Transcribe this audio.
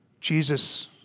Jesus